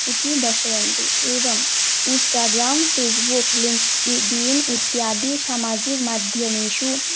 इति दर्शयन्ति एवम् इन्स्टाग्राम् फ़ेस्बुक् लिङ्क्डिन् इत्यादि सामाजिकमाध्यमेषु